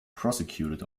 prosecuted